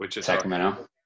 Sacramento